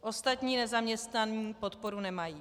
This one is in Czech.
Ostatní nezaměstnaní podporu nemají.